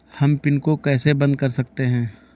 हम पिन को कैसे बंद कर सकते हैं?